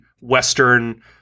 Western